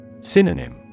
Synonym